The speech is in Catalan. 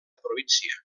província